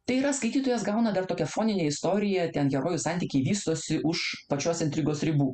tai yra skaitytojas gauna dar tokią foninę istoriją ten herojų santykiai vystosi už pačios intrigos ribų